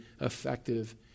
effective